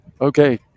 Okay